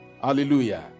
Hallelujah